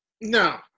No